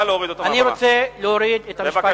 צר לי שאילצת אותי.